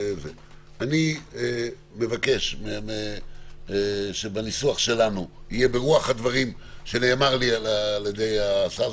אני מבקש שבניסוח שלנו יהיה ברוח הדברים שנאמר לי על-ידי השר,